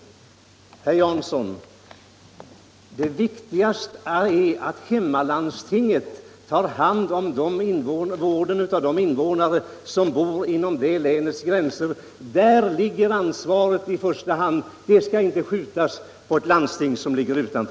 Det viktigaste är, herr Jansson, att hemlandstinget svarar för vården av de människor som bor inom länets gränser. Där ligger ansvaret i första hand. Det skall inte skjutas över på ett annat landsting.